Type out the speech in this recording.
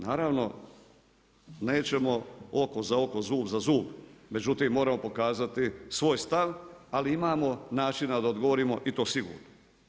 Naravno nećemo oko za oko, zub za zub, međutim moramo pokazati svoj stav, ali imamo načina da odgovorimo i to sigurno.